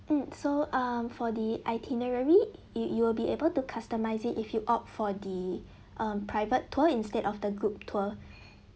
mm so um for the itinerary you you will be able to customise it if you opt for the um private tour instead of the group tour